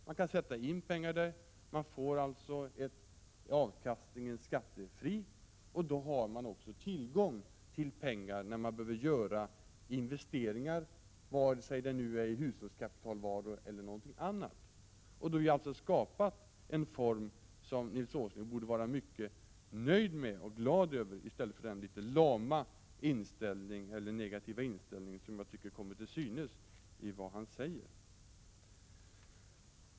Man kan sätta in pengar där, avkastningen är skattefri och man har tillgång till pengar när man behöver göra investeringar, vare sig det gäller hushållskapitalvaror eller något annat. Vi har alltså skapat en sparform som Nils Åsling borde vara nöjd med och glad över, i stället för att ha den litet lama och negativa inställning som jag tycker kommer till synes i det han säger.